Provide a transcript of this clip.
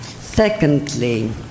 Secondly